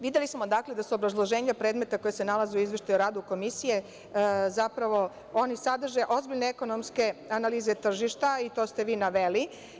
Videli smo, dakle, da su obrazloženja predmeta koja se nalaze u Izveštaju o radu Komisije, zapravo, oni sadrže ozbiljne ekonomske analize tržišta, i to ste vi naveli.